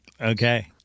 Okay